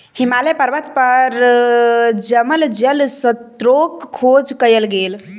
हिमालय पर्वत पर जमल जल स्त्रोतक खोज कयल गेल